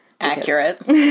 Accurate